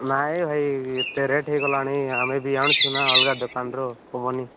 ନାଇଁ ଭାଇ ଏତେ ରେଟ୍ ହେଇଗଲାଣି ଆମେ ବି ଆଣୁଛୁ ନା ଅଲଗା ଦୋକାନରୁ ହେବନି